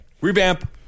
revamp